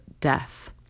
death